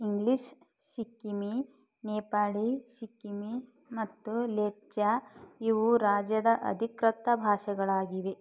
English Sikkim Nepali Sikkim ಮತ್ತು ಲೇಪ್ಚ ಇವು ರಾಜ್ಯದ ಅಧಿಕೃತ ಭಾಷೆಗಳಾಗಿವೆ